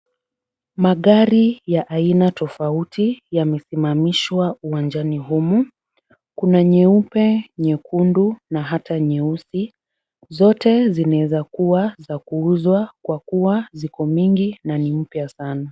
Magari ya aina tofauti yamesimamishwa uwanjani humu. Kuna nyeupe, nyekundu na hata nyeusi. Zote zinaweza kuwa za kuuzwa kwa kuwa ziko mingi na ni mpya sana.